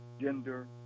gender